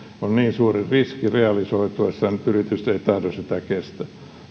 on niin suuri riski realisoituessaan että yritykset eivät tahdo sitä kestää